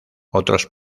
otros